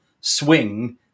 swing